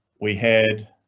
we had.